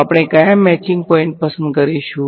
તો આપણે કયા મેચિંગ પોઈન્ટ પસંદ કરીશું